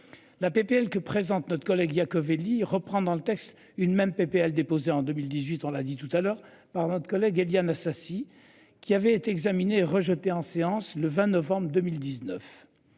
La PPL que présente notre collègue il y a. Reprend dans le texte une même PPL déposée en 2018, on l'a dit tout à l'heure par notre collègue Éliane Assassi qui avait été examiné rejeté en séance le 20 novembre 2019.